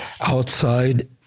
outside